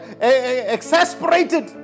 exasperated